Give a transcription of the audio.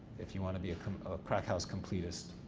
if you wanna be a krackhouse completist,